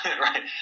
right